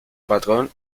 patrón